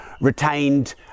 retained